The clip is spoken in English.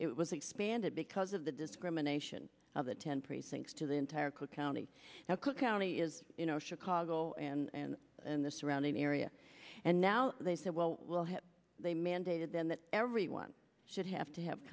it was expanded because of the discrimination of the ten precincts to the entire cook county now cook county is you know chicago and and the surrounding area and now they said well we'll have they mandated then that everyone should have to have